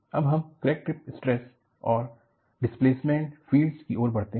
अब हम crack tip stress और डिस्प्लेसमेंट फील्डस की ओर बढ़ते हैं